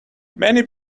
many